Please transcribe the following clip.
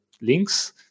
links